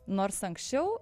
nors anksčiau